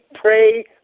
pray